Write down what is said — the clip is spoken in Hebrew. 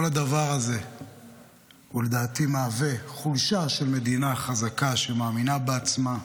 כל הדבר הזה הוא לדעתי מהווה חולשה של מדינה חזקה שמאמינה בעצמה,